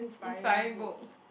inspiring book